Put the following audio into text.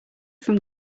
from